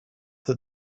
that